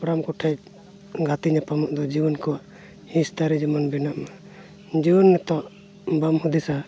ᱦᱟᱯᱲᱟᱢ ᱠᱚᱴᱷᱮᱡ ᱜᱟᱛᱮ ᱧᱟᱯᱟᱢᱚᱜ ᱫᱚ ᱡᱩᱣᱟᱹᱱ ᱠᱚ ᱦᱤᱸᱥ ᱫᱟᱲᱮ ᱡᱮᱢᱚᱱ ᱵᱮᱱᱟᱜ ᱢᱟ ᱡᱩᱣᱟᱹᱱ ᱱᱤᱛᱚᱜ ᱵᱟᱢ ᱦᱩᱫᱤᱥᱟ